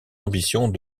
ambitions